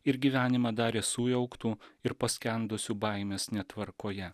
ir gyvenimą darė sujauktu ir paskendusiu baimes netvarkoje